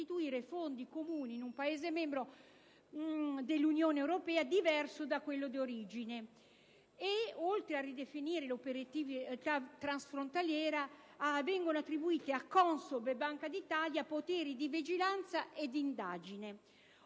fondi comuni in un Paese membro dell'Unione europea diverso da quello di origine e, oltre a ridefinire l'operatività transfrontaliera, vengono attribuite a CONSOB e Banca d'Italia poteri di vigilanza e di indagine.